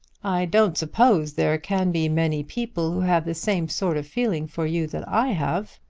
i don't suppose there can be many people who have the same sort of feeling for you that i have.